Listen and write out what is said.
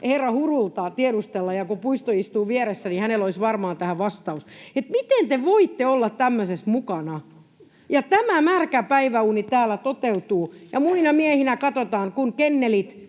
herra Hurulta tiedustella, ja kun Puisto istuu vieressä, niin hänellä olisi varmaan tähän vastaus. Miten te voitte olla tämmöisessä mukana? Tämä märkä päiväuni täällä toteutuu, ja muina miehinä katsotaan, kun kennelit